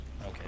Okay